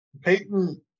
Peyton